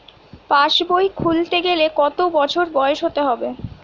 পাশবই খুলতে গেলে কত বছর বয়স হতে হবে?